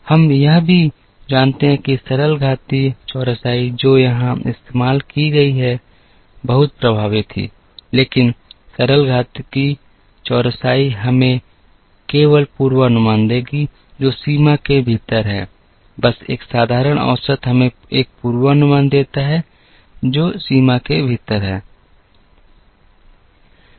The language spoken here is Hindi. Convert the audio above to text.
हम यह भी जानते हैं कि सरल घातीय चौरसाई जो यहाँ इस्तेमाल की गई थी बहुत प्रभावी थी लेकिन सरल घातीय चौरसाई हमें केवल पूर्वानुमान देगी जो सीमा के भीतर है बस एक साधारण औसत हमें एक पूर्वानुमान देता है जो सीमा के भीतर है